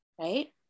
right